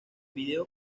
vídeo